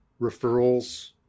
referrals